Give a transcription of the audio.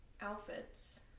outfits